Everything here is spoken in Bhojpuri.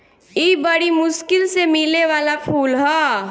इ बरी मुश्किल से मिले वाला फूल ह